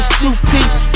toothpaste